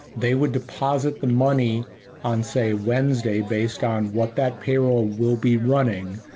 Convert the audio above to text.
they would deposit the money on say wednesday based on what that payroll will be running.